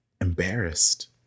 embarrassed